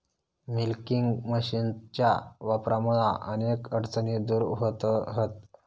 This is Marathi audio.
मिल्किंग मशीनच्या वापरामुळा अनेक अडचणी दूर व्हतहत